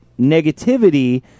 negativity